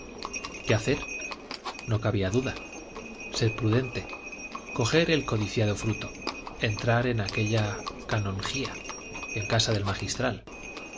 qué hacer no cabía duda ser prudente coger el codiciado fruto entrar en aquella canonjía en casa del magistral